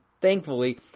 thankfully